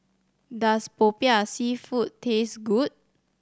does Popiah Seafood taste good